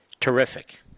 terrific